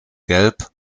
gelb